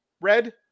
red